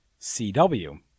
CW